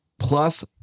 Plus